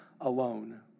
alone